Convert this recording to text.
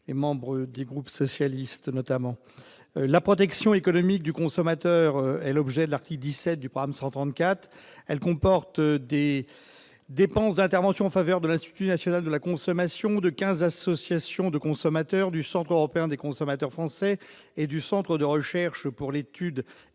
les membres du groupe socialiste, notamment la protection économique du consommateur est l'objet de l'article 17 du PAM 134 elle comporte des dépenses d'intervention en faveur de la Suisse national de la consommation de 15 associations de consommateurs du Centre européen des consommateurs français et du Centre de recherche pour l'Étude